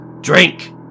Drink